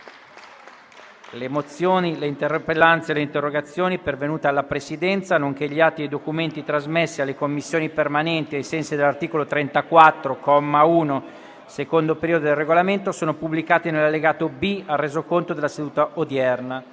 Le mozioni, le interpellanze e le interrogazioni pervenute alla Presidenza, nonché gli atti e i documenti trasmessi alle Commissioni permanenti ai sensi dell'articolo 34, comma 1, secondo periodo, del Regolamento sono pubblicati nell'allegato B al Resoconto della seduta odierna.